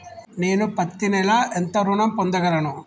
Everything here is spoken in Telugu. నేను పత్తి నెల ఎంత ఋణం పొందగలను?